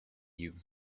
you